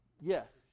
Yes